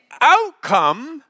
outcome